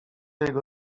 jego